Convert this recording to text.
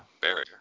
Barrier